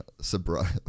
sobriety